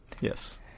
Yes